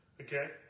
Okay